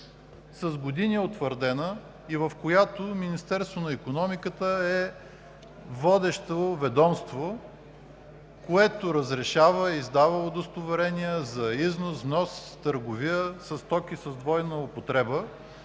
с години е утвърдена и в която Министерството на икономиката е водещо ведомство, което разрешава, издава удостоверения за износ, внос, търговия със стоки с двойна употреба,